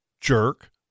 jerk